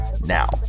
now